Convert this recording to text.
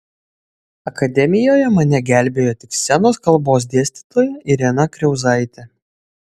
akademijoje mane gelbėjo tik scenos kalbos dėstytoja irena kriauzaitė